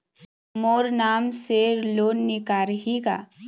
मोर नाम से लोन निकारिही का?